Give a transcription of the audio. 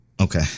Okay